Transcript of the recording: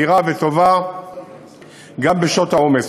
מהירה וטובה גם בשעות העומס.